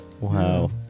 Wow